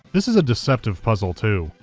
this is a deceptive puzzle, too.